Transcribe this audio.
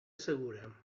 segura